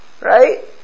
right